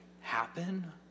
happen